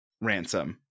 ransom